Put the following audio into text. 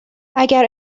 اگر